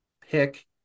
pick